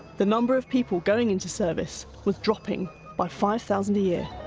the number of people going in to service was dropping by five thousand a year.